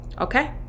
Okay